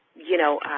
you know,